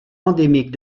endémique